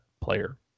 player